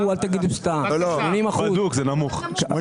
80% זה נמוך.